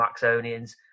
Maxonians